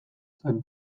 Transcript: zen